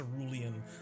cerulean